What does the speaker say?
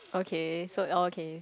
okay so oh okay